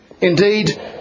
Indeed